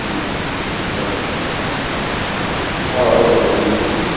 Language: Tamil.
ம் ஓகேங்க ஓகே ஆ ஓகே ரொம்ப நன்றிங்க